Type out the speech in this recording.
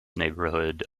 neighborhood